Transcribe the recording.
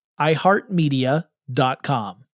iheartmedia.com